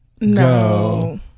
No